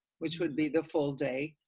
which would be the full day.